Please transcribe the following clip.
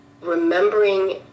remembering